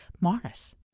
morris